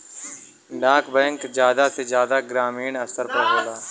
डाक बैंक जादा से जादा ग्रामीन स्तर पर होला